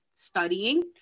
studying